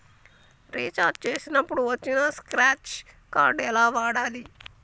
Recharge చేసినప్పుడు వచ్చిన scratch card ఎలా వాడాలి?